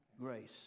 grace